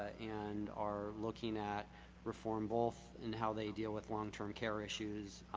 and are looking at reformable and how they deal with long-term care issues